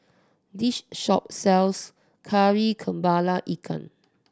this shop sells Kari Kepala Ikan